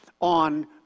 on